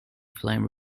flame